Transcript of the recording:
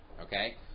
okay